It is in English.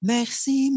Merci